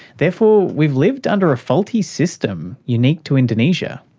therefore we've lived under a faulty system unique to indonesia.